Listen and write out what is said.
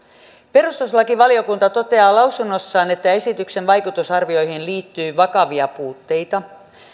perustuslakivaliokunta toteaa lausunnossaan että esityksen vaikutusarvioihin liittyy vakavia puutteita